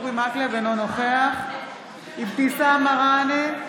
אינו נוכח אבתיסאם מראענה,